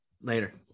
later